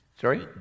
Sorry